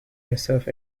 yourself